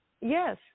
Yes